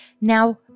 Now